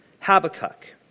Habakkuk